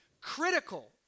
critical